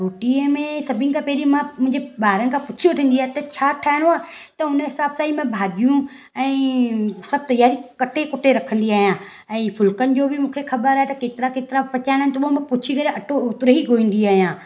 रोटीअ में सभिनि खां पहिरीं मां मुंहिंजे ॿारनि खां पुछी वठंदी आहिंयां त छा ठाहिणो आहे त उन ई हिसाब सां मां सभु भाॼियूं ऐं सभु तैयारी कटे पुटे रखंदी आहियां ऐं फुलकनि जो बि मूंखे ख़बर आ्हे त केतिरा केतिरा पचाइणा आहिनि त पोइ मां पुछे करे अटो ओतिरो ई ॻोहींदी आहियां